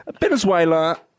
Venezuela